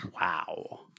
Wow